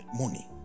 money